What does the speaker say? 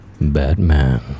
Batman